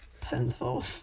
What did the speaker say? Pencil